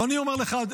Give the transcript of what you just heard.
אבל אני אומר לך,